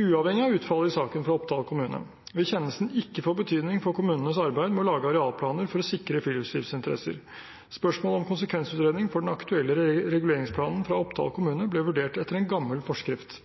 Uavhengig av utfallet i saken fra Oppdal kommune vil kjennelsen ikke få betydning for kommunenes arbeid med å lage arealplaner for å sikre friluftslivsinteresser. Spørsmålet om konsekvensutredning for den aktuelle reguleringsplanen fra Oppdal kommune ble vurdert etter en gammel forskrift.